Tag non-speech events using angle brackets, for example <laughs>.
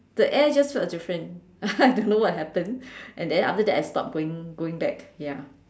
the air just felt different <laughs> I don't know what happened and then after that I stopped going going back ya